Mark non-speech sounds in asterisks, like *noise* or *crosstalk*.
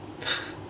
*laughs*